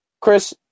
Chris